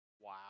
Wow